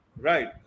Right